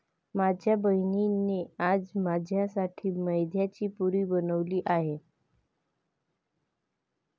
माझ्या बहिणीने आज माझ्यासाठी मैद्याची पुरी बनवली आहे